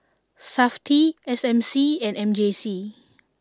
Safti S M C and M J C